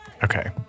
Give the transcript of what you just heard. Okay